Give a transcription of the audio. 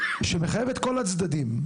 שהוא מחייב את כל הצדדים.